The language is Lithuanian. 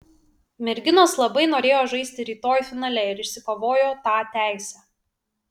merginos labai norėjo žaisti rytoj finale ir išsikovojo tą teisę